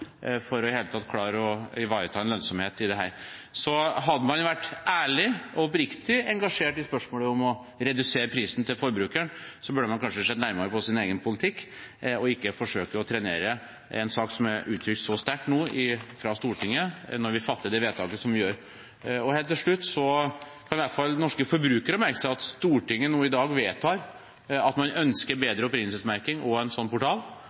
for at man i det hele tatt skal klare å ivareta en lønnsomhet i dette. Hadde man vært ærlig og oppriktig engasjert i spørsmålet om å redusere prisen for forbrukerne, burde man kanskje sett nærmere på sin egen politikk og ikke forsøkt å trenere en sak som er uttrykt så sterkt fra Stortinget, når vi fatter det vedtaket som vi gjør. Helt til slutt: Norske forbrukere kan i hvert fall merke seg at Stortinget nå i dag vedtar at man ønsker bedre opprinnelsesmerking og en sånn portal,